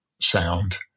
sound